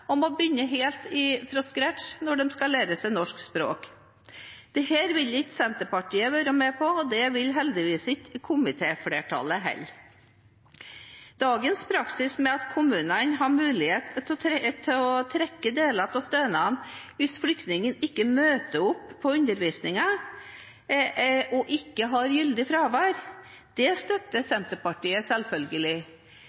begynne helt fra scratch når de skal lære seg norsk språk. Dette vil ikke Senterpartiet være med på, og det vil heldigvis ikke komitéflertallet heller. Dagens praksis med at kommunene har mulighet til å trekke deler av stønaden hvis flyktningen ikke møter opp til undervisningen uten gyldig fravær, støtter Senterpartiet selvfølgelig. Det